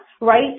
right